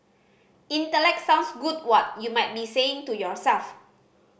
intellect sounds good what you might be saying to yourself